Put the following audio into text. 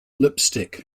lipstick